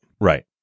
Right